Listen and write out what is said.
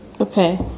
Okay